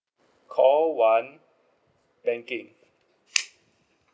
call one banking